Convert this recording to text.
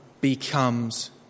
becomes